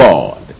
God